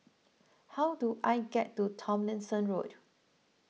how do I get to Tomlinson Road